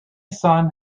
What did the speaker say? son